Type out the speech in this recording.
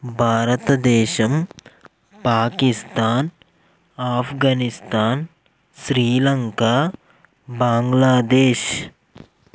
Bharatadesam Pakistan Afghanistan Sri Lanka Bangladesh